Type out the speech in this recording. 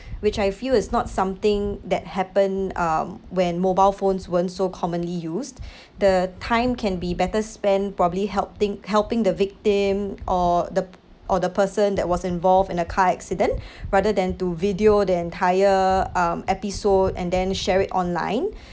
which I feel is not something that happen um when mobile phones weren't so commonly used the time can be better spent probably helping helping the victim or the or the person that was involved in a car accident rather than to video the um entire episode and then share it online